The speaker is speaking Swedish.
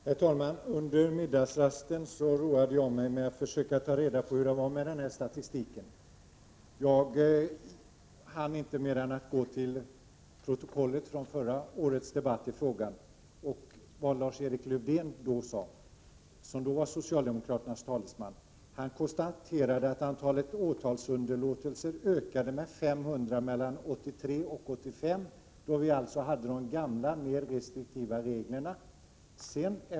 Herr talman! Under middagsrasten roade jag mig med att försöka ta reda på hur det var med denna statistik. Jag hann inte mer än att gå till protokollet från förra årets debatt i frågan och läsa om vad socialdemokraternas dåvarande talesman Lars-Erik Lövdén där sade. Han konstaterade att antalet åtalsunderlåtelser ökade med 500 mellan åren 1983 och 1985, då vi alltså hade de gamla, mer restriktiva reglerna.